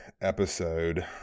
episode